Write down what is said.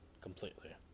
completely